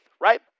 right